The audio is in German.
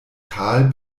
kahl